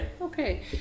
Okay